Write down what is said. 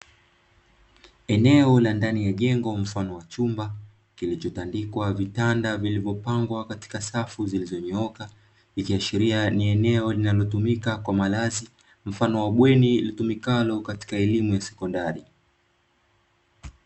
Eneo la ndani ya jengo mfano wa chumba, kilichotandikwa vitanda vilivyopangwa katika safu zilizonyooka ikiashiria ni eneo linalotumika kwajili ya malazi, mfano wa bweni linalotumika kwajili ya elimu ya sekondari.